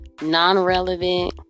non-relevant